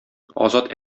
азат